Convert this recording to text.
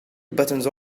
buttons